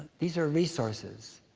these are resources,